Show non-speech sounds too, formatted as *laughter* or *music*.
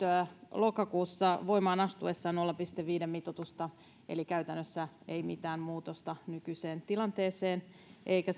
lokakuussa voimaan astuessaan nolla pilkku viiden mitoitusta eli käytännössä ei mitään muutosta nykyiseen tilanteeseen eikä *unintelligible*